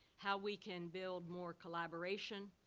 how we can build more collaboration,